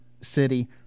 city